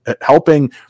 helping